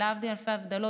אז להבדיל אלפי הבדלות,